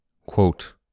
Quote